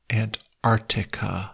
antarctica